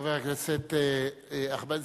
חבר הכנסת אחמד,